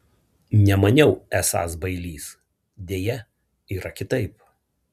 nemaniau esąs bailys deja yra kitaip